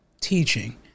teaching